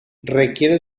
requiere